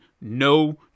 No